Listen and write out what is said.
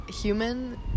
human